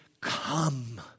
come